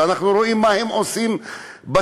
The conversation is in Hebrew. ואנחנו רואים מה הם עושים בשטח.